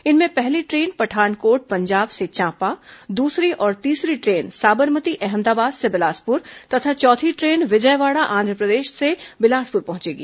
इनमें पहली ट्रेन पठानकोट पंजाब से चांपा दूसरी और तीसरी ट्रेन साबरमती अहमदाबाद से बिलासपुर तथा चौथी ट्रेन विजयवाड़ा आंध्रप्रदेश से बिलासपुर पहंचेगी